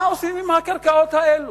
מה עושים עם הקרקעות האלה?